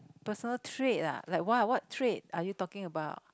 personal trait ah like what what trait are you talking about